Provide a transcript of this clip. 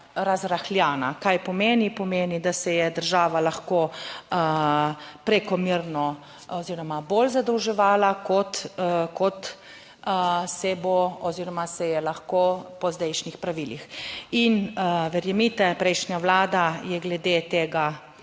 (nadaljevanje) Kaj pomeni? Pomeni, da se je država lahko prekomerno oziroma bolj zadolževala kot, kot se bo oziroma se je lahko po zdajšnjih pravilih in verjemite, prejšnja vlada je glede tega